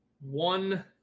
One